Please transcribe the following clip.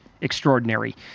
extraordinary